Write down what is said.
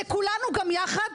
לכולנו גם יחד,